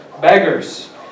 beggars